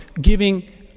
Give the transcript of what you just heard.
giving